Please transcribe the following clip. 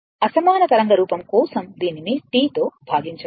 అసమాన తరంగ రూపం కోసం దీనిని T తో భాగించాలి